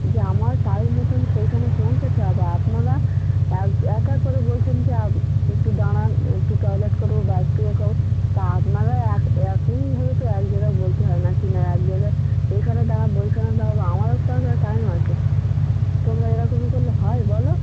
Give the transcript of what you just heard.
যে আমার টাইম মতোন সেইখানে পৌঁছাতে হবে আপনারা এক এক এক করে বলছেন যে একটু দাঁড়ান একটু টয়লেট করবো বা একটু খাবো তা আপনারা এক একদমই হবে তো এক জায়গায় বলতে হয় না কি না এক জায়গায় এখানে দাঁড়া ওইখানে দাঁড়াবে আমারও তো এক এক টাইম আছে তোমরা এরকমই করলে হয় বলো